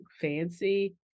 fancy